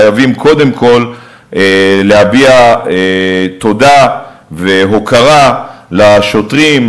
חייבים קודם כול להביע תודה והוקרה לשוטרים,